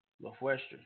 Northwestern